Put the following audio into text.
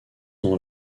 dans